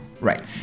Right